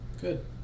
Good